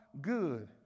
good